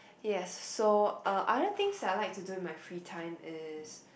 yes so uh other things I like to do in my free time is